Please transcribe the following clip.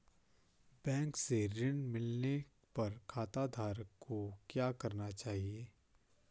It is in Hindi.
बैंक से ऋण मिलने पर खाताधारक को क्या करना चाहिए?